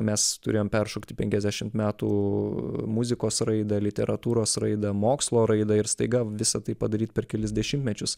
mes turėjom peršokti penkiasdešimt metų muzikos raidą literatūros raidą mokslo raidą ir staiga visa tai padaryt per kelis dešimmečius